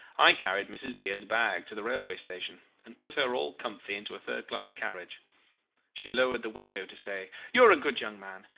i carried mrs. beard's bag to the railway-station and put her all comfy into a third-class carriage she lowered the window to say, you are a good young man.